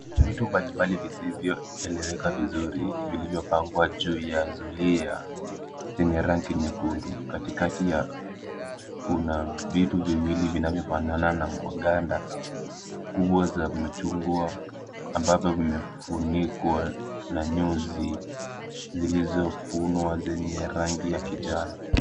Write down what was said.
Vitu mbali mbali visivyoeleweka vizuri, vilivyopangwa juu ya zulia, vyenye rangi nyekundu. Katikati yao kuna vitu viwili vinavyofanana na maganda kubwa za machungwa ambavyo vimefunikwa na nyuzi zilizofunwa zenye rangi ya kijani.